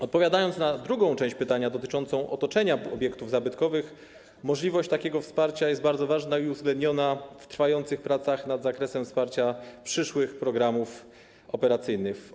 Odpowiadając na drugą część pytania dotyczącą otoczenia obiektów zabytkowych, należy podkreślić, że możliwość takiego wsparcia jest bardzo ważna i uwzględniona w trwających pracach nad zakresem wsparcia przyszłych programów operacyjnych.